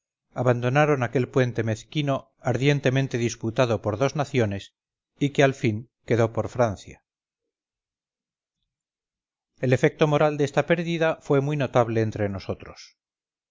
abandonaron aquel puente mezquino ardientemente disputado por dos naciones y que al fin quedó por francia el efecto moral de esta pérdida fue muy notable entre nosotros